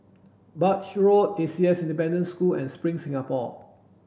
Birch Road A C S Independent Boarding School and Spring Singapore